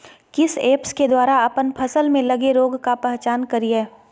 किस ऐप्स के द्वारा अप्पन फसल में लगे रोग का पहचान करिय?